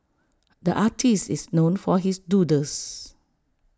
the artist is known for his doodles